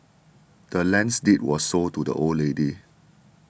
the land's deed was sold to the old lady